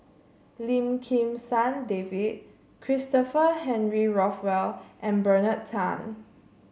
Lim Kim San David Christopher Henry Rothwell and Bernard Tan